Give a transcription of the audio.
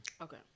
Okay